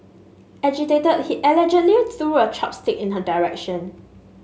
agitated he allegedly threw a chopstick in her direction